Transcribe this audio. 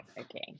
Okay